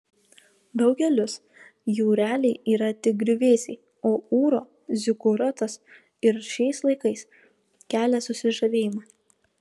daugelis jų realiai yra tik griuvėsiai o ūro zikuratas ir šiais laikais kelia susižavėjimą